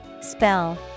Spell